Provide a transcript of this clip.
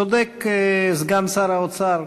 צודק סגן שר האוצר.